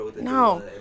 No